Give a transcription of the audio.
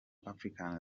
african